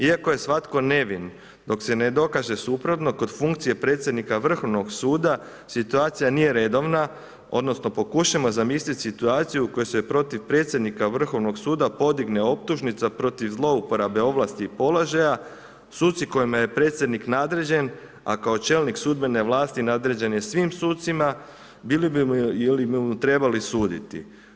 Iako je svatko nevin dok se ne dokaže suprotno, kod funkcije predsjednika Vrhovnog suda situacija nije redovna odnosno pokušajmo zamislit situaciju u kojoj se protiv predsjednika Vrhovnog suda podigne optužnica protiv zlouporabe ovlasti i položaja, suci kojima je predsjednik nadređen, a kao čelnik sudbene vlasti nadređen je svim sucima, bili bi mu ili bi mu trebali suditi.